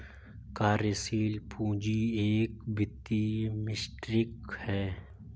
कार्यशील पूंजी एक वित्तीय मीट्रिक है